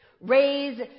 Raise